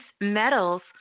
metals